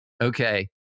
Okay